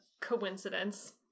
coincidence